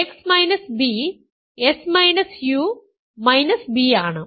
X b b ആണ്